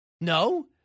No